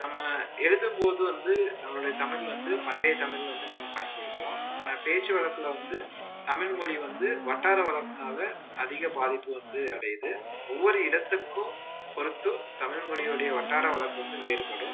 நம்ம எழுதும்போது வந்து நம்மளோடைய தமிழ் வந்து பண்டைய தமிழில் வந்து நம்ம பயன்படுத்துவோம் ஆனால் பேச்சு வழக்கில் வந்து தமிழ் மொழி வந்து வட்டார வழக்குனால் அதிக பாதிப்பு வந்து அடையுது ஒவ்வொரு இடத்துக்கும் பொருத்து தமிழ்மொழியுடைய வட்டார வழக்கு வந்து வேறுபடும்